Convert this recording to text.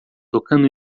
tocando